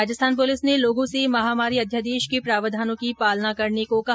Rajasthan police ने लोगों से महामारी अध्यादेश के प्रावधानों की पालना करने को कहा